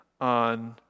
on